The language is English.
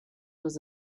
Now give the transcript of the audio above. was